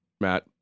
Matt